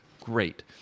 great